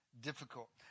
difficult